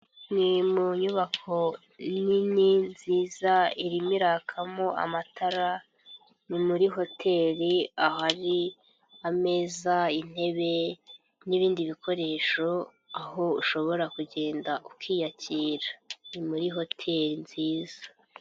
Ni mu nyubako nini nziza irimo irakamo amatara, ni muri hoteri ahari ameza intebe, n'ibindi bikoresho, aho ushobora kugenda ukiyakira, ni muri hoteri nziza.